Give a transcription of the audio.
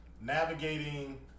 navigating